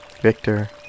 Victor